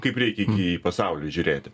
kaip reikia į pasaulį žiūrėti